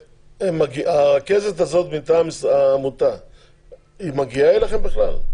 הרכזת הזאת מטעם עמותה מגיעה אליכם בכלל?